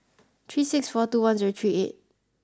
three six four two one zero three eight